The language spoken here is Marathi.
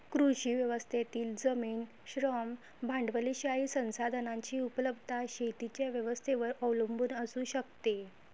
कृषी व्यवस्थेतील जमीन, श्रम, भांडवलशाही संसाधनांची उपलब्धता शेतीच्या व्यवस्थेवर अवलंबून असू शकते